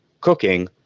cooking